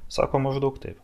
sako maždaug taip